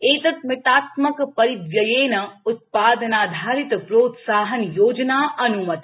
एतत् मितात्मक परिव्ययेन उत्पादनाधारित प्रोत्साहन योजना अनुमता